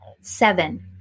Seven